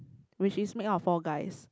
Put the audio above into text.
which is made out of four guys